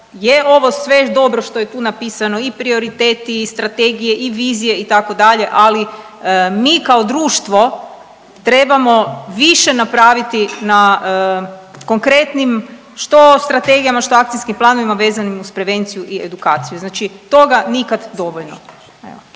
je ovo sve dobro što je tu napisano i prioriteti i strategije i vizije itd., ali mi kao društvo trebamo više napraviti na konkretnim što strategijama, što akcijskim planovima vezanim uz prevenciju i edukaciju. Znači toga nikad dovoljno.